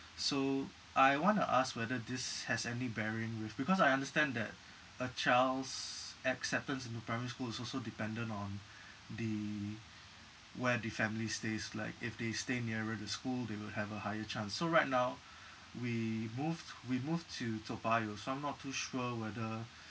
so I want to ask whether this has any bearing with because I understand that a child's acceptance into primary school is also dependent on the where the family stays like if they stay nearer to the school they will have a higher chance so right now we moved we moved to toa payoh so I'm not too sure whether